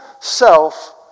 self